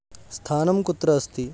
स्थानं कुत्र अस्ति